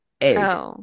egg